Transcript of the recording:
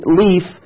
leaf